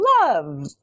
love